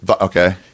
Okay